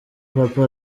papa